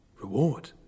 Reward